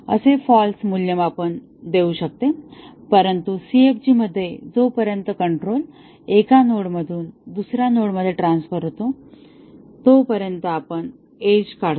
असे फॉल्स मूल्यमापन देऊ शकते परंतु CFG मध्ये जोपर्यंत कंट्रोल एका नोडमधून दुसर्या नोडमध्ये ट्रान्स्फर होतो तोपर्यंत आपण एज काढतो